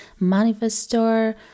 Manifestor